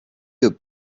your